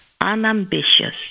unambitious